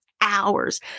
hours